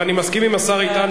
ואני מסכים עם השר איתן,